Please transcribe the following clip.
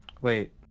Wait